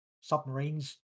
submarines